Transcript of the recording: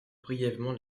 brièvement